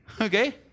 Okay